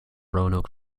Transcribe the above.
roanoke